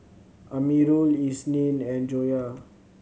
Amirul Isnin and Joyah